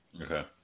Okay